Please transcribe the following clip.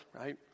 right